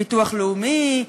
ביטוח לאומי,